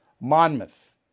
Monmouth